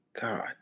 God